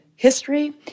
history